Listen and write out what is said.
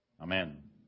Amen